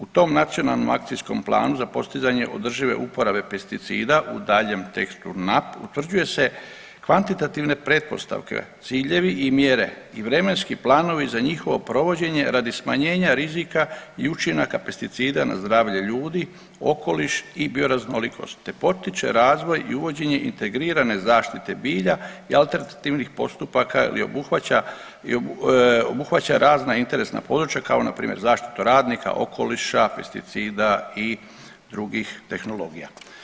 U tom nacionalnom akcijskom planu za postizanje održive uporabe pesticida u daljem tekstu NAP utvrđuje se kvantitativne pretpostavke, ciljevi i mjere i vremenski planovi za njihovo provođenje radi smanjenja rizika i učinaka pesticida na zdravlje ljudi, okoliš i bioraznolikost te potiče razvoj i uvođenje integrirane zaštite bilja i alternativnih postupaka i obuhvaća razna interesna područja kao npr. zaštitu radnika, okoliša, pesticida i drugih tehnologija.